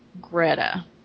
Greta